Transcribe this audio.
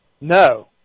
No